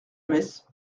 messe